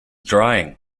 drying